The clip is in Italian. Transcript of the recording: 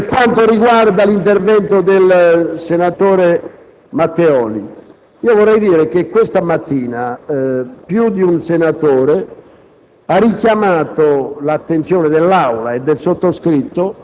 Per quanto riguarda l'intervento del senatore Matteoli, ricordo che questa mattina più di un senatore